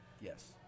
yes